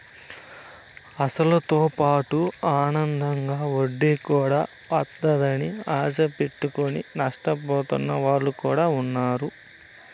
అసలుతోపాటు అదనంగా వడ్డీ కూడా వత్తాదని ఆశ పెట్టుకుని నష్టపోతున్న వాళ్ళు కూడా ఉన్నారు